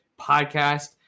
podcast